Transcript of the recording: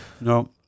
no